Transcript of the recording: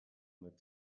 mit